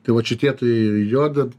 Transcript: tai vat šitie tai jodad